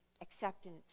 acceptance